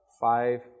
five